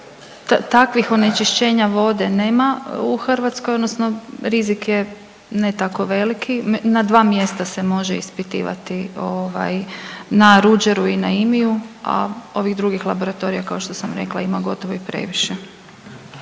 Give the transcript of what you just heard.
takvih onečišćenja vode nema u Hrvatskoj, odnosno rizik je ne tako veliki. Na dva mjesta se može ispitivati na Ruđeru i na IMIJU, a ovih drugih laboratorija kao što sam rekla ima gotovo i previše.